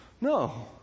No